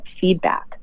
feedback